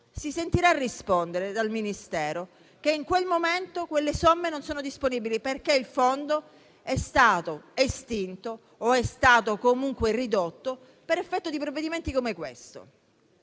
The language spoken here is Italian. si sente rispondere dal Ministero che, in quel momento, quelle somme non sono disponibili perché il fondo è stato estinto, o comunque ridotto per effetto di provvedimenti come quello